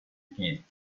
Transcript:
game